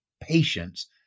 patience